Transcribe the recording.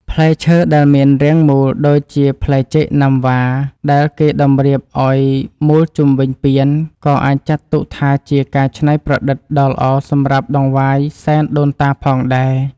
ផ្លែឈើដែលមានរាងមូលដូចជាផ្លែចេកណាំវ៉ាដែលគេតម្រៀបឱ្យមូលជុំវិញពានក៏អាចចាត់ទុកថាជាការច្នៃប្រឌិតដ៏ល្អសម្រាប់ដង្វាយសែនដូនតាផងដែរ។